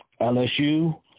LSU –